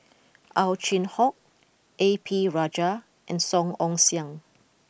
Ow Chin Hock A P Rajah and Song Ong Siang